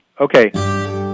Okay